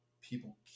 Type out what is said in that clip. people